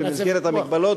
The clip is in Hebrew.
במסגרת המגבלות,